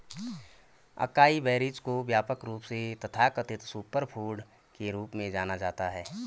acai berries को व्यापक रूप से तथाकथित सुपरफूड के रूप में जाना जाता है